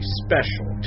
special